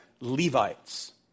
Levites